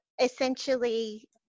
essentially